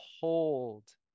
hold